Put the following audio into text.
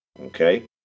okay